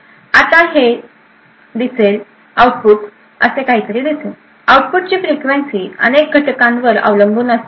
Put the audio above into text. आता हे दिसेल आउटपुट असे काहीतरी दिसेल आउटपुटची फ्रिक्वेन्सी अनेक घटकांवर अवलंबून असते